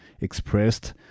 expressed